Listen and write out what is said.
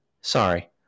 Sorry